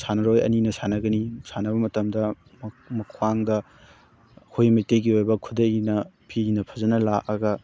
ꯁꯥꯟꯅꯔꯣꯏ ꯑꯅꯤꯅ ꯁꯥꯟꯅꯒꯅꯤ ꯁꯥꯟꯅꯕ ꯃꯇꯝꯗ ꯃꯈ꯭ꯋꯥꯡꯗ ꯑꯩꯈꯣꯏ ꯃꯩꯇꯩꯒꯤ ꯑꯣꯏꯕ ꯈꯨꯗꯩꯅ ꯐꯤꯅ ꯐꯖꯅ ꯂꯥꯛꯑꯒ